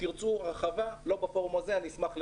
אשמח להרחיב בנושא אבל לא בפורום הזה.